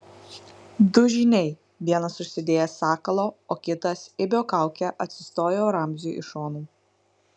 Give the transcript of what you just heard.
du žyniai vienas užsidėjęs sakalo o kitas ibio kaukę atsistojo ramziui iš šonų